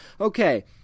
okay